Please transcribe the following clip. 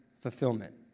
fulfillment